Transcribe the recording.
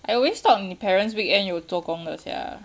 I always thought 你 parents weekend 有做工的 sia